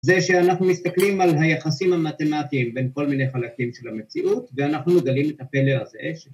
‫זה שאנחנו מסתכלים על היחסים ‫המתמטיים ‫בין כל מיני חלקים של המציאות, ‫ואנחנו מגלים את הפלא הזה,